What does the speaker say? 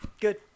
good